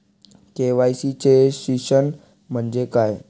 KYC चे शिक्षण म्हणजे काय?